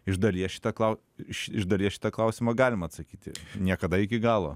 iš dalies šitą iš dalies šitą klausimą galima atsakyti niekada iki galo